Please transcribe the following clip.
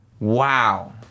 Wow